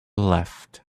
left